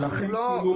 ולכן --- בסדר,